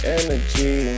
energy